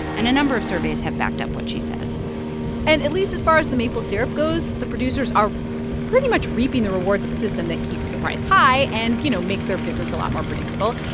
and a number of surveys have backed up what she says and at least as far as the maple syrup goes, the producers are pretty much reaping the rewards of a system that keeps the price high and, you know, makes their business a lot more predictable.